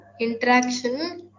interaction